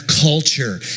culture